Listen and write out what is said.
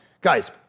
Guys